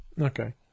Okay